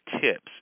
tips